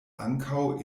ankaŭ